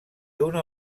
una